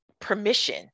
permission